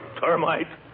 termite